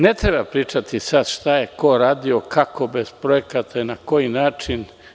Ne treba pričati sada ko je šta radio, kako bez projekata i na koji način.